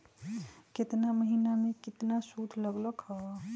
केतना महीना में कितना शुध लग लक ह?